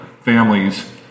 families